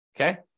okay